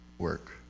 Work